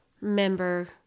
member